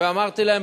ואמרתי להם,